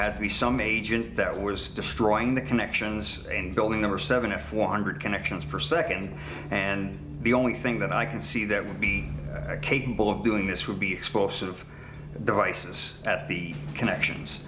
had to be some agent that was destroying the connections and building number seven f one hundred connections for second and the only thing that i could see that would be capable of doing this would be explosive devices at the connections